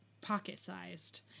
pocket-sized